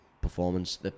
performance